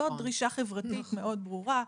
זו דרישה חברתית מאוד מאוד ברורה,